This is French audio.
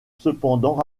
cependant